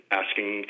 asking